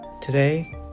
Today